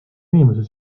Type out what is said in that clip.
inimese